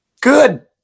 good